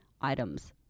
items